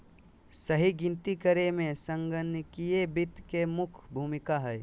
सही गिनती करे मे संगणकीय वित्त के मुख्य भूमिका हय